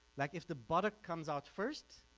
like if the buttocks comes out first,